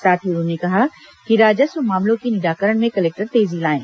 साथ ही उन्होंने कहा कि राजस्व मामलों के निराकरण में कलेक्टर तेजी लाएं